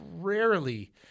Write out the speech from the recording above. rarely